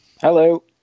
Hello